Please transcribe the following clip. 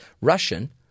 Russian